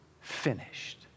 finished